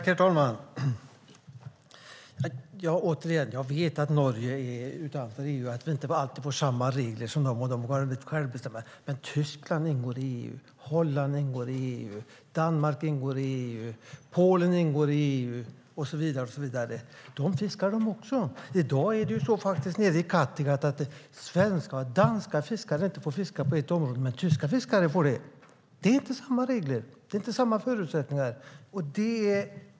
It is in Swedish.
Herr talman! Återigen: Jag vet att Norge är utanför EU, att vi inte alltid får samma regler som dem och att de har självbestämmande. Men Tyskland ingår i EU, Holland ingår i EU, Danmark ingår i EU, Polen ingår i EU och så vidare. De fiskar också. I dag är det faktiskt så nere i Kattegatt att svenska och danska fiskare inte får fiska i ett område, men tyska fiskare får det. Det är inte samma regler. Det är inte samma förutsättningar.